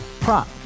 Prop